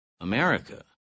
America